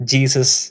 Jesus